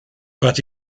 but